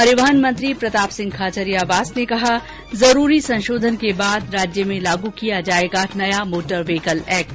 परिवहन मंत्री प्रतापसिंह खाचरियावास ने कहा जरूरी संशेधन के बाद राज्य में लागू किया जायेगा नया मोटर व्हीकल एक्ट